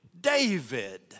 David